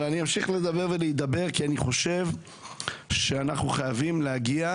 אני אמשיך לדבר ולהידבר כי אני חושב שאנחנו חייבים להגיע